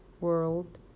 World